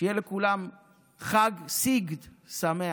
שיהיה לכולם חג סגד שמח.